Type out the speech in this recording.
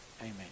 amen